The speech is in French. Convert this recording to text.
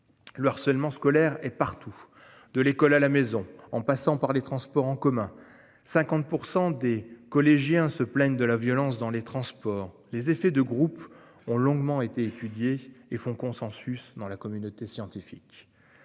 Le harcèlement scolaire est partout de l'école à la maison en passant par les transports en commun, 50% des collégiens se plaignent de la violence dans les transports, les effets de groupe ont longuement été étudié et font consensus dans la communauté scientifique.